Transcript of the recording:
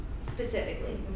Specifically